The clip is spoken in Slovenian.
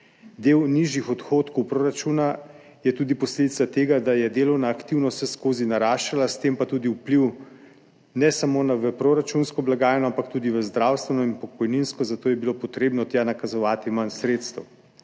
Del nižjih odhodkov proračuna je tudi posledica tega, da je delovna aktivnost vseskozi naraščala, s tem pa tudi vpliv ne samo na proračunsko blagajno, ampak tudi na zdravstveno in pokojninsko, zato je bilo treba tja nakazovati manj sredstev.